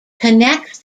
connects